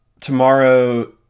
Tomorrow